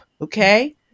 Okay